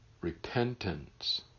Repentance